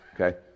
okay